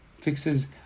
fixes